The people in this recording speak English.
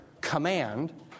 command